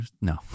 No